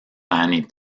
thani